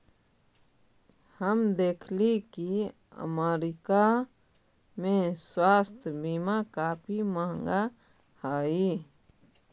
हम देखली की अमरीका में स्वास्थ्य बीमा काफी महंगा हई